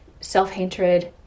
self-hatred